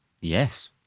Yes